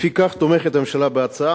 לפיכך תומכת הממשלה בהצעה.